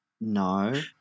No